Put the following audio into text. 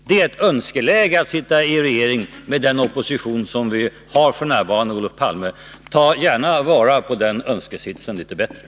Det är ett önskeläge att sitta i regering med den opposition som vi har f. n., Olof Palme. Tag gärna vara på den önskesitsen.